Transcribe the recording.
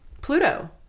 Pluto